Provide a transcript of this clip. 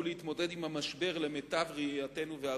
להתמודד עם המשבר למיטב ראייתנו והבנתנו,